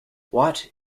watt